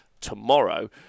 tomorrow